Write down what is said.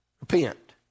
Repent